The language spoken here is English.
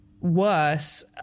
worse